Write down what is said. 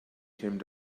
came